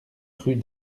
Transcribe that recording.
rue